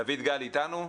דויד, אתה איתנו?